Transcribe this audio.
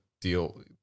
deal